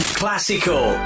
classical